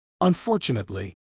Unfortunately